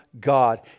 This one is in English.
god